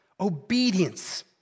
obedience